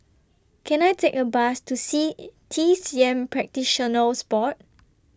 Can I Take A Bus to C T C M Practitioners Board